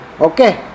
Okay